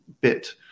bit